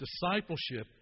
Discipleship